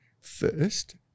first